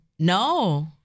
No